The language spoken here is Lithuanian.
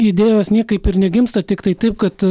idėjos niekaip ir negimsta tiktai taip kad